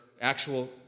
actual